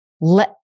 let